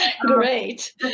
Great